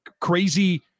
crazy